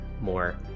more